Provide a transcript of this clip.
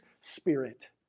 Spirit